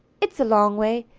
it's a long way,